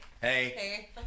hey